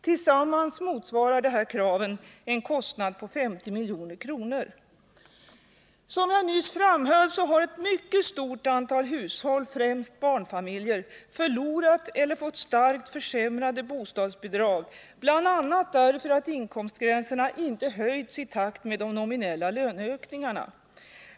Tillsammans motsvarar dessa krav en kostnad på 50 milj.kr. Som jag nyss framhöll har ett mycket stort antal hushåll — främst barnfamiljer — förlorat eller fått starkt försämrade bostadsbidrag, bl.a. därför att inkomstgränserna inte höjts i takt med de nominella löneökningarna.